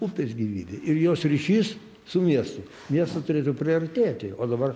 upės gyvybė ir jos ryšys su miestu miestas turėtų priartėti o dabar